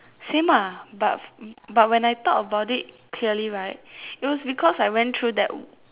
same ah but but when I thought about it clearly right it was because I went through that